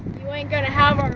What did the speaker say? you aren't going to have and